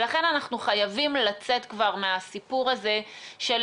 ולכן אנחנו חייבים לצאת כבר מהסיפור הזה של